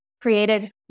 created